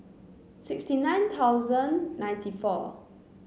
sixty nine thousand ninety four